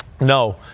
No